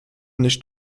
nicht